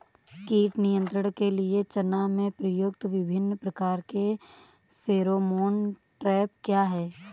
कीट नियंत्रण के लिए चना में प्रयुक्त विभिन्न प्रकार के फेरोमोन ट्रैप क्या है?